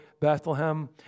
Bethlehem